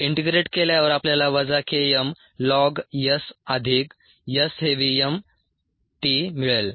integrate केल्यावर आपल्याला वजा K m ln S अधिक S हे v m t मिळेल